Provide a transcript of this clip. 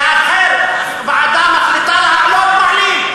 כשוועדה מחליטה להעלות,